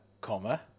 comma